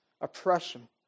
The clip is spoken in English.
oppression